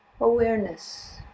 awareness